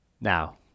Now